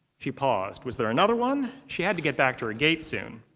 she paused. was there another one? she had to get back to her gate soon.